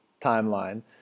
timeline